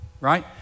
right